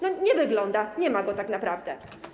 No nie wygląda, nie ma go tak naprawdę.